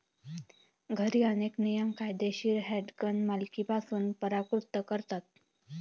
घरी, अनेक नियम कायदेशीर हँडगन मालकीपासून परावृत्त करतात